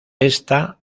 esta